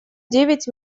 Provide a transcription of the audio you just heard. девять